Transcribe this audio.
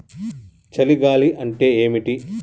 చలి గాలి అంటే ఏమిటి?